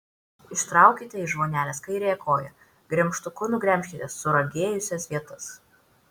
ištraukite iš vonelės kairiąją koją gremžtuku nugremžkite suragėjusias vietas